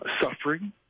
suffering